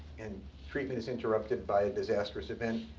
and treatment is interrupted by a disastrous event,